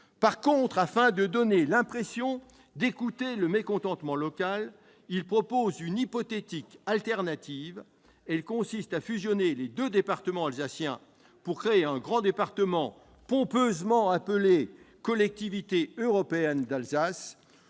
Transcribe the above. revanche, afin de donner l'impression d'écouter le mécontentement local, il propose une hypothétique alternative. Elle consiste à fusionner les deux départements alsaciens pour créer un grand département pompeusement appelé « Collectivité européenne d'Alsace ».